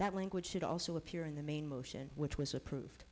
that language should also appear in the main motion which was approved